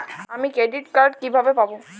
আমি credit card কিভাবে পাবো?